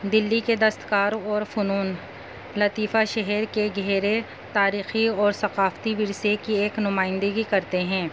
دلی کے دستکار اور فنون لطیفہ شہر کے گہرے تاریخی اور ثقافتی ورثے کی ایک نمائندگی کرتے ہیں